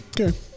Okay